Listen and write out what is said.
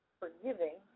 forgiving